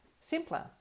simpler